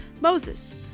Moses